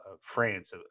France